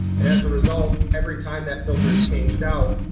as a result, every time that filter is changed out,